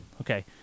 Okay